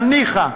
אבל ניחא.